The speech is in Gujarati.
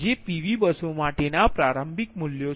જે PV બસો માટેના પ્રારંભિક મૂલ્યો છે